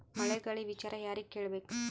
ಮಳೆ ಗಾಳಿ ವಿಚಾರ ಯಾರಿಗೆ ಕೇಳ್ ಬೇಕು?